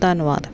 ਧੰਨਵਾਦ